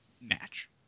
match